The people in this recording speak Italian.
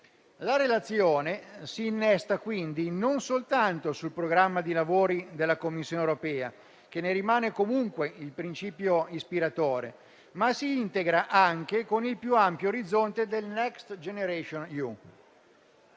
La relazione, quindi, non soltanto si innesta sul programma di lavori della Commissione europea, che ne rimane comunque il principio ispiratore, ma si integra anche con il più ampio orizzonte del Next generation EU.